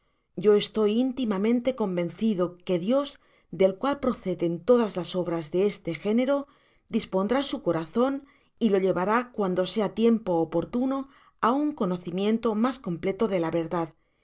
yo estoy intimamente convencido que dios del cual proceden todas las obras de este género dispondrá su corazon y lo lle vará cuando sea tiempo oportuno á un conocimiento mas completo de la verdad